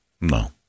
No